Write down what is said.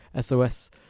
SOS